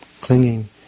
clinging